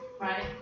Right